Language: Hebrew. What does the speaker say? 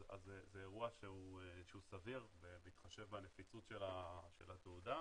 זה אירוע שהוא סביר, בהתחשב בנפיצות של התעודה.